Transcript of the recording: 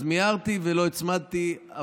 אז מיהרתי ולא הצמדתי,